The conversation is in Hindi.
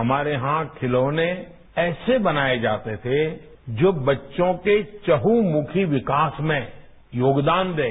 हमारे यहां खिलौने ऐसे बनाए जाते थे जो बच्चों के चहुंमुखी विकास में योगदान दें